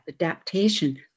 adaptation